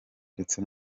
ndetse